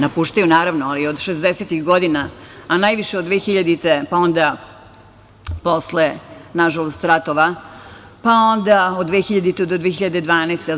Napuštaju, naravno, ali od šezdesetih godina, a najviše od 2000. godine, a onda posle, nažalost, ratova, pa onda od 2000. do 2012. godine.